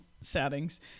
settings